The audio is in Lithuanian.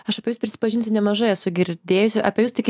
aš apie jus prisipažinsiu nemažai esu girdėjusi apie jus tik